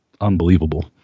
unbelievable